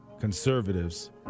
conservatives